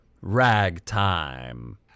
Ragtime